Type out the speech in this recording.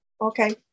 Okay